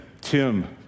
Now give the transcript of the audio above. Tim